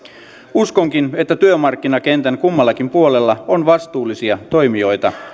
uskonkin että työmarkkinakentän kummallakin puolella on vastuullisia toimijoita